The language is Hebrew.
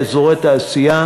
באזורי תעשייה,